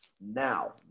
Now